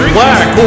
black